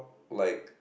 like